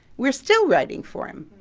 we're still writing for him.